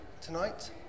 tonight